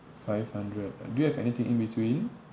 five hundred uh do you have anything in between